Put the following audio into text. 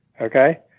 okay